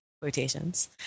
quotations